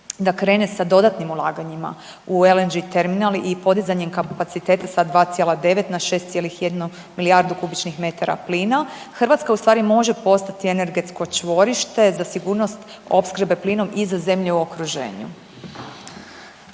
da krene sa dodatnim ulaganjima u LNG terminal i podizanjem kapaciteta sa 2,9 na 6,1 milijardu kubičnih metara plina, Hrvatska ustvari može postati energetsko čvorište za sigurnost opskrbe plinom i za zemlje u okruženju?